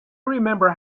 remember